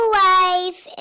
life